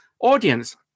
audience